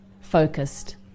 focused